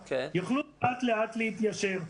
יוכלו לאט לאט להתיישר.